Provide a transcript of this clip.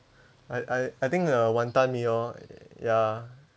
I I I think the wanton mee lor ya